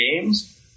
games